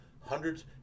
hundreds